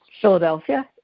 Philadelphia